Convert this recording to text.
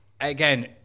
Again